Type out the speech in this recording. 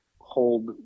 hold